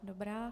Dobrá.